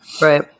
Right